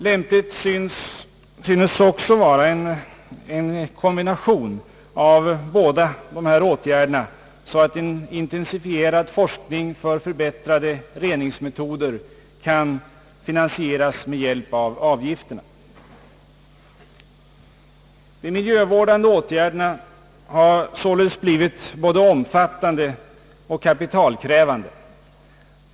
Lämpligt synes också vara en kombination av båda dessa metoder så att en intensifierad forskning för förbättrade reningsmetoder kan finansieras med hjälp av avgifterna. De miljövårdande åtgärderna har således snabbt blivit både omfattande och kapitalkrävande.